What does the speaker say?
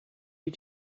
you